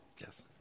Yes